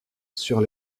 sur